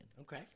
Okay